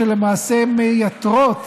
שלמעשה מייתרות